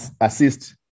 assist